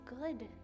good